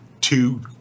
two